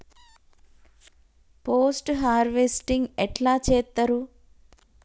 Post harvesting ఎట్ల చేత్తరు?